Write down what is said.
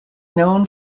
known